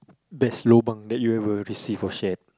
best lobang that you ever received or shared